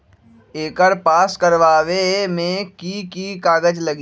एकर पास करवावे मे की की कागज लगी?